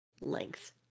length